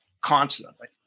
constantly